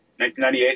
1998